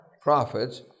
prophets